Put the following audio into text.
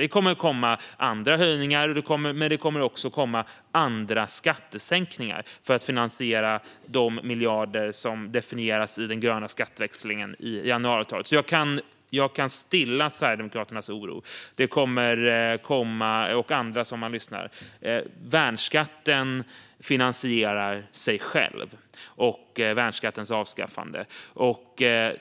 Det kommer att komma andra höjningar, men det kommer också att komma andra skattesänkningar för att finansiera de miljarder som definieras i delen om den gröna skatteväxlingen i januariavtalet. Jag kan stilla oron hos Sverigedemokraterna och andra som lyssnar. Värnskattens avskaffande finansierar sig självt.